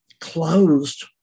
closed